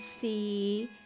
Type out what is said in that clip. see